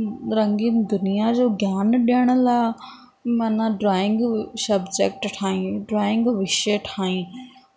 रंगीन दुनिया जो ज्ञान ॾियण लाइ मन ड्राइंग विषय सबजेक्ट ठाहीं ड्राइंग विषय ठाहीं